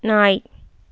நாய்